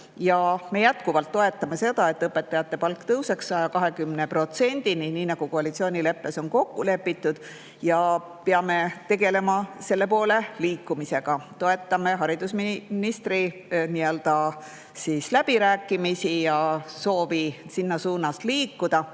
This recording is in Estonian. toetame jätkuvalt seda, et õpetajate palk tõuseb 120%-ni, nii nagu koalitsioonileppes on kokku lepitud, ja peame tegelema selle poole liikumisega. Toetame haridusministri läbirääkimisi ja soovi sinnapoole liikuda,